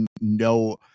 no